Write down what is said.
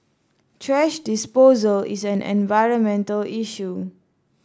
thrash disposal is an environmental issue